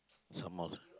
some of